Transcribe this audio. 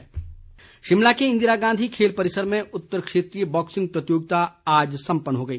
boxing Shimla के इंदिरा गांधी खेल परिसर में उतर क्षेत्रीय बॉक्सिंग प्रतियोगिता आज सम्पन्न हुई